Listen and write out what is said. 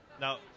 Now